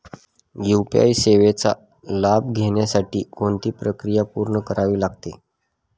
UPI सेवेचा लाभ घेण्यासाठी कोणती प्रक्रिया पूर्ण करावी लागते?